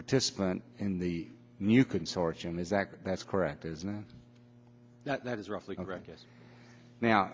participant in the new consortium exactly that's correct isn't that that is roughly correct yes now